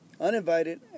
uninvited